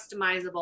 customizable